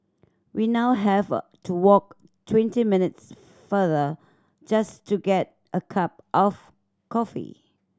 we now have a to walk twenty minutes farther just to get a cup of coffee